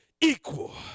equal